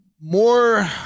More